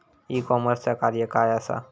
E कॉमर्सचा कार्य काय असा?